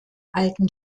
alten